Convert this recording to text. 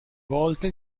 volte